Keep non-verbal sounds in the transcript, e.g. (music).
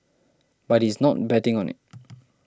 but he's not betting on it (noise)